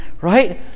right